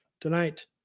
tonight